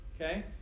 Okay